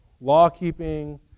Law-keeping